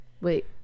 Wait